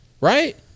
Right